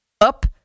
Up